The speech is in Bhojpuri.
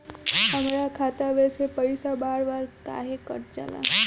हमरा खाता में से पइसा बार बार काहे कट जाला?